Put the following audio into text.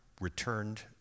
returned